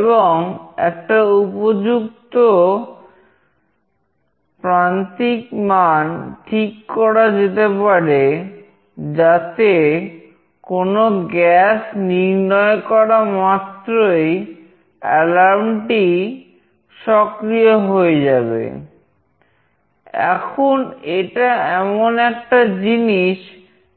এবং একটা উপযুক্ত প্রান্তিক মান ঠিক করা যেতে পারে যাতে কোন গ্যাস নির্ণয় করা মাত্রই এলার্ম